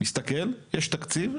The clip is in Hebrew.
מסתכל, יש תקציב?